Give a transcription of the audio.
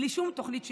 בלי שום תוכנית שיקום.